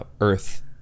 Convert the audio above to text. Earth